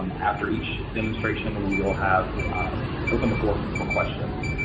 um after each demonstration we will have open the floor for questions.